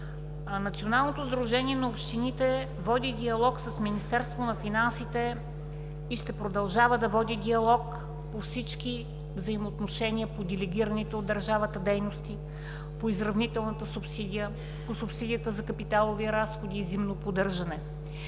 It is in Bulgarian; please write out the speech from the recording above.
Националното сдружение на общините води диалог с Министерството на финансите и ще продължава да води диалог по всички взаимоотношения – по делегираните от държавата дейности, по изравнителната субсидия, по субсидията за капиталови разходи и зимно поддържане.